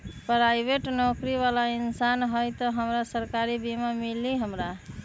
Private नौकरी बाला इंसान हई त हमरा सरकारी बीमा मिली हमरा?